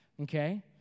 okay